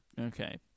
Okay